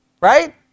Right